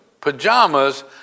pajamas